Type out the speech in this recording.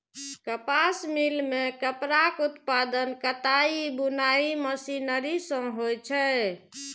कपास मिल मे कपड़ाक उत्पादन कताइ बुनाइ मशीनरी सं होइ छै